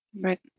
Right